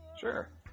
Sure